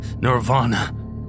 Nirvana